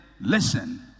Listen